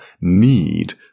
need